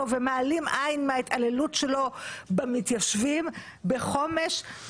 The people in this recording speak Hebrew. ומעלים עין מההתעללות שלו במתיישבים בחומש,